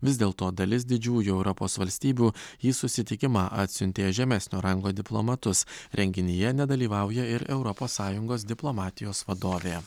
vis dėlto dalis didžiųjų europos valstybių į susitikimą atsiuntė žemesnio rango diplomatus renginyje nedalyvauja ir europos sąjungos diplomatijos vadovė